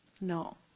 No